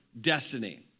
destiny